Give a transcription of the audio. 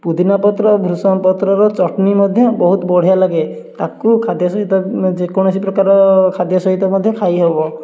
ପୁଦିନା ପତ୍ର ଭୃସଙ୍ଗ ପତ୍ରର ଚଟନୀ ମଧ୍ୟ ବହୁତ ବଢ଼ିଆ ଲାଗେ ତାକୁ ଖାଦ୍ୟ ସହିତ ଯେ କୌଣସି ପ୍ରକାର ଖାଦ୍ୟ ସହିତ ମଧ୍ୟ ଖାଇ ହେବ